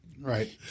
Right